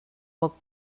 poc